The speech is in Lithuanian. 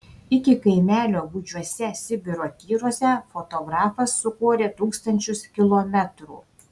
iki kaimelio gūdžiuose sibiro tyruose fotografas sukorė tūkstančius kilometrų